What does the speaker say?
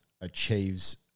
achieves